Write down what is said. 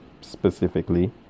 specifically